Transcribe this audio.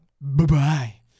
Bye-bye